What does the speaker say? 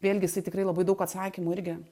vėlgi jisai tikrai labai daug atsakymų irgi